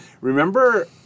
Remember